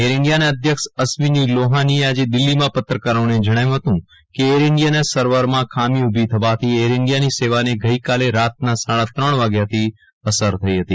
air ઈન્ડિયાના અધ્યક્ષ અસ્વીની લોહાનીએ આજે દીલ્હીમાં પત્રકારોને જણાવ્યું હતું કે એર ઈન્ડિયાના સર્વરમાં ખામી ઉભી થવાથી એર ઈન્ડિયાની સેવાને ગઈકાલે રાતના સાડા ત્રણ વાગ્યાથી અસર થઈ હતી